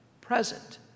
present